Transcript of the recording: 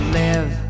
live